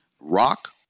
rock